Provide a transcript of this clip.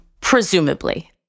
Presumably